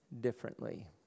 differently